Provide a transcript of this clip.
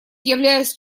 являюсь